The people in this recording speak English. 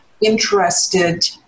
interested